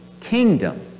kingdom